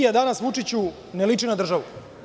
Srbija danas Vučiću, ne liči na državu.